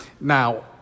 Now